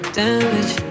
damage